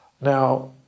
Now